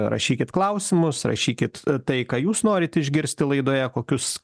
rašykit klausimus rašykit tai ką jūs norit išgirsti laidoje kokius